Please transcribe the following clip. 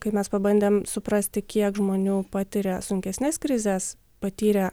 kai mes pabandėm suprasti kiek žmonių patiria sunkesnes krizes patyrę